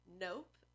Nope